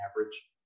average